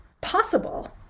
possible